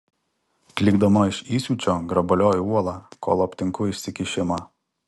klykdama iš įsiūčio grabalioju uolą kol aptinku išsikišimą